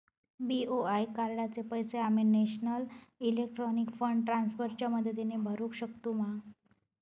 BOI कार्डाचे पैसे आम्ही नेशनल इलेक्ट्रॉनिक फंड ट्रान्स्फर च्या मदतीने भरुक शकतू मा?